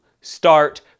start